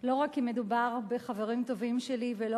לא רק כי מדובר בחברים טובים שלי ולא